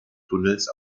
tunnels